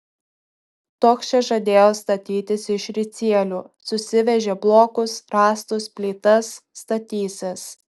toks čia žadėjo statytis iš ricielių susivežė blokus rąstus plytas statysis